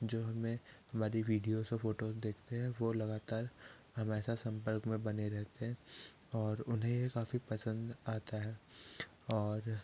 जो हमें हमारी विडिओज और फोटोज देखते हैं वो लगातार हमारे साथ संपर्क में बने रहते हैं और उन्हें साफी पसंद आता है और